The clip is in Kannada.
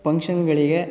ಪಂಕ್ಷನ್ಗಳಿಗೆ